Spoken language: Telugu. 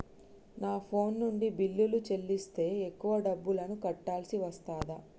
నా ఫోన్ నుండి బిల్లులు చెల్లిస్తే ఎక్కువ డబ్బులు కట్టాల్సి వస్తదా?